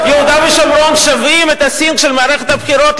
יהודה ושומרון שווים את ה"סינק" של מערכת הבחירות,